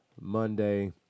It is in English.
Monday